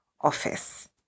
office